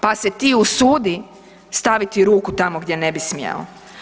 Pa se ti usudi staviti ruku tamo gdje ne bi smjeo.